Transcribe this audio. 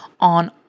on